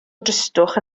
dristwch